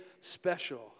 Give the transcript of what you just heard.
special